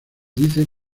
dice